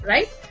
Right